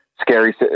scary